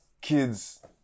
Kids